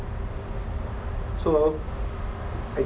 so I